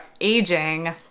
aging